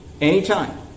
Anytime